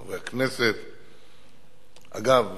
חברי הכנסת, אגב,